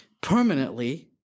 permanently